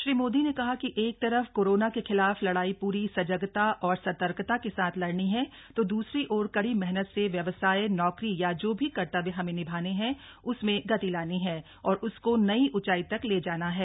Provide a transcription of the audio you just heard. श्री मोदी ने कहा कि एक तरफ कोरोना के खिलाफ लड़ाई पूरी सजगता और सतर्कता के साथ लड़नी है तो दूसरी ओर कडी मेहनत से व्यवसाय नौकरी या जो भी कर्तव्य हम निभाते हैं उसमें गति लानी है और उसको नई ऊंचाई तक ले जाना है